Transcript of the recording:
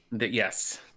Yes